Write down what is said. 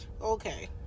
okay